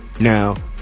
Now